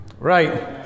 Right